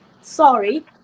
sorry